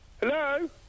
Hello